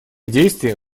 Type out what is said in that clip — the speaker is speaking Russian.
действие